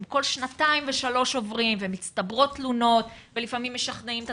הם כל שנתיים ושלוש עוברים ומצטברות תלונות ולפעמים משכנעים את